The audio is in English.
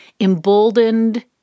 emboldened